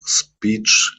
speech